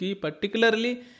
particularly